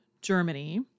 Germany